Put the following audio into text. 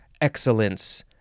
excellence